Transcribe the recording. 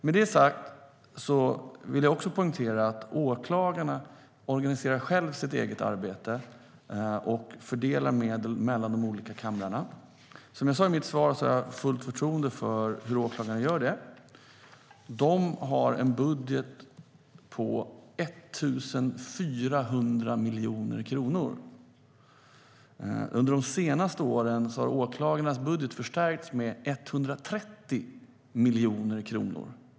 Med det sagt vill jag poängtera att åklagarna organiserar sitt arbete själva och fördelar medel mellan de olika kamrarna. Som jag sa i mitt svar har jag fullt förtroende för hur åklagarna gör det. De har en budget på 1 400 miljoner kronor. Under de senaste åren har åklagarnas budget förstärkts med 130 miljoner kronor.